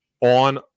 on